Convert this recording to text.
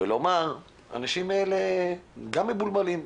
ולומר שהאנשים האלה גם מבולבלים.